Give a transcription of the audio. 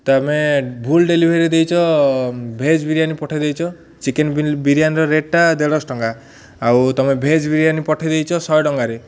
ତମେ ଭୁଲ୍ ଡେଲିଭରି ଦେଇଛ ଭେଜ୍ ବିରିୟାନି ପଠେଇ ଦେଇଛ ଚିକେନ୍ ବିରିୟାନିର ରେଟ୍ଟା ଦେଢ଼ଶହ ଟଙ୍କା ଆଉ ତମେ ଭେଜ୍ ବିରିୟାନି ପଠେଇ ଦେଇଛ ଶହେ ଟଙ୍କାରେ